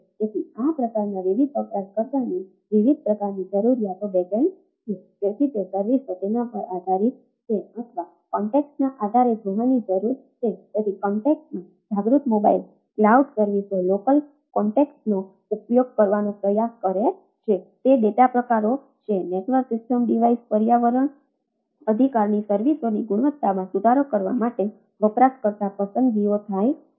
તેથી આ પ્રકારના વિવિધ વપરાશકર્તાની વિવિધ પ્રકારની જરૂરિયાત બેક એન્ડ ડિવાઇસ પર્યાવરણ અધિકારની સર્વિસોની ગુણવત્તામાં સુધારો કરવા માટે વપરાશકર્તા પસંદગીઓ થાય છે